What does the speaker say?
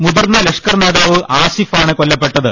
മുതിർന്ന ലഷ്കർ നേതാവ് ആസിഫ് ആണ് കൊല്ലപ്പെട്ടത്